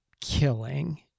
killing